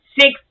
six